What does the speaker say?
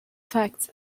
facts